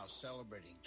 celebrating